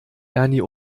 ernie